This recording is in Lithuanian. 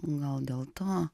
gal dėl to